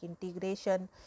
integration